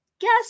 Guess